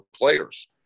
players